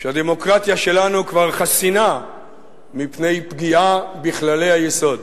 שהדמוקרטיה שלנו כבר חסינה מפני פגיעה בכללי היסוד.